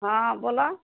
हँ बोलऽ